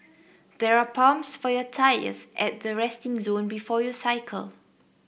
there are pumps for your tyres at the resting zone before you cycle